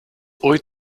ooit